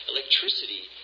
Electricity